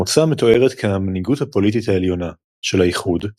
המועצה מתוארת כ"המנהיגות הפוליטית העליונה" של האיחוד,